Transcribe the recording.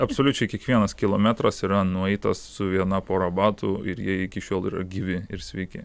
absoliučiai kiekvienas kilometras yra nueitas su viena pora batų ir jie iki šiol gyvi ir sveiki